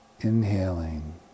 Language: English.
inhaling